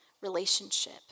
relationship